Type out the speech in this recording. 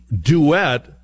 duet